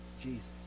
Jesus